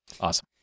Awesome